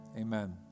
amen